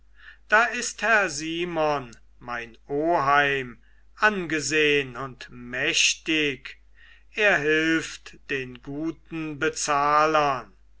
da ist herr simon mein oheim angesehn und mächtig er hilft den guten bezahlern